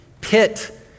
pit